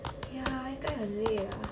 ya 应该很累啊